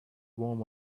warm